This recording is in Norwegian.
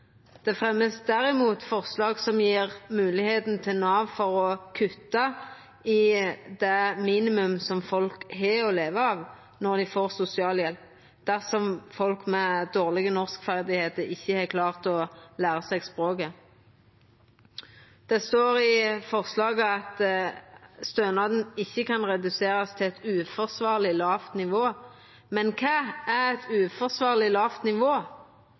Det vert derimot fremja forslag som gjev moglegheiter for Nav til å kutta i det minimumet folk har å leva av når dei får sosialhjelp, dersom folk med dårlege norskferdigheiter ikkje har klart å læra seg språket. Det står i forslaget at stønaden ikkje kan reduserast til eit uforsvarleg lågt nivå. Men kva er eit uforsvarleg lågt nivå?